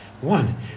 One